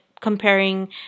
comparing